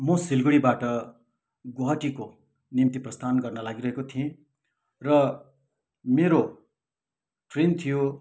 म सिलगढीबाट गुहाटीको निम्ति प्रस्थान गर्न लागिरहेको थिएँ र मेरो ट्रेन थियो